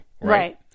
Right